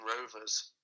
Rovers